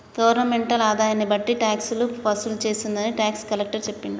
governmental ఆదాయన్ని బట్టి టాక్సులు వసూలు చేస్తుందని టాక్స్ కలెక్టర్ సెప్పిండు